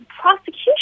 prosecution